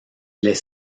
les